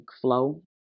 flow